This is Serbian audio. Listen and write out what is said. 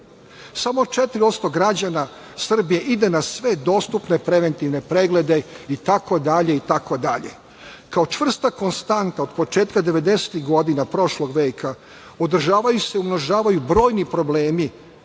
Samo 4% građana Srbije ide na sve dostupne preventivne preglede i tako dalje. Kao čvrsta konstanta od početka devedesetih godina prošlog veka, održavaju se i umnožavaju brojni problemi